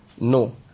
No